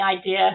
idea